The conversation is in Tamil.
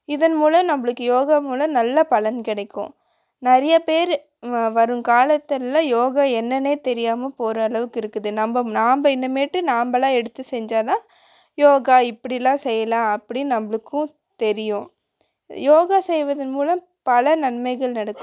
இதன் மூலம் நம்மளுக்கு யோகா மூலம் பலன் கெடைக்கும் நிறையா பேரு வரும் காலத்துலலாம் யோகா என்னனு தெரியாமல் போகிற அளவுக்கு இருக்குது நம்ம நாம்ப இனிமேட்டு நாம்மலா எடுத்து செஞ்சால்தான் யோகா இப்படிலாம் செய்யலாம் அப்படினு நம்மளுக்கும் தெரியும் யோகா செய்வதன் மூலம் பல நன்மைகள் நடக்கும்